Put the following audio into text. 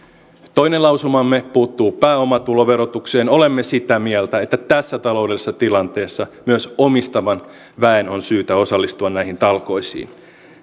toinen lausumamme puuttuu pääomatuloverotukseen olemme sitä mieltä että tässä taloudellisessa tilanteessa myös omistavan väen on syytä osallistua näihin talkoisiin